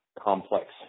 complex